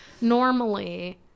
normally